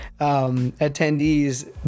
attendees